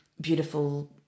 beautiful